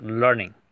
learning